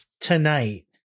tonight